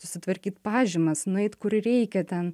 susitvarkyt pažymas nueit kur reikia ten